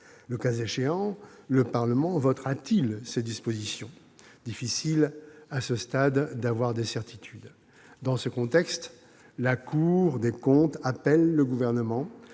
Le cas échéant, le Parlement votera-t-il ces dispositions ? Il est difficile, à ce stade, d'avoir des certitudes. Dans ce contexte, la Cour des comptes appelle le Gouvernement